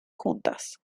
juntas